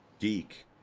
geek